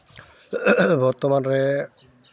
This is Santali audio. ᱵᱚᱨᱛᱚᱢᱟᱱ ᱨᱮ